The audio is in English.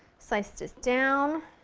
slice this down.